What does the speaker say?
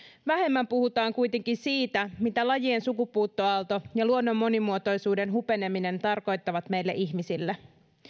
vähemmän puhutaan kuitenkin siitä mitä lajien sukupuuttoaalto ja luonnon monimuotoisuuden hupeneminen tarkoittavat meille ihmisille